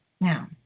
Now